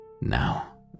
Now